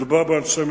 מדובר באנשי מילואים,